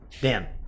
Dan